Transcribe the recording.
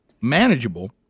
manageable